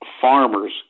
farmers